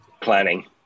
planning